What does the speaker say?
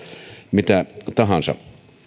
mitä tahansa